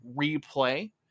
replay